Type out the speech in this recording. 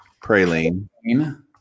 Praline